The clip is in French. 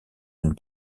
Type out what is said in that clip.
une